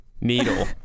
Needle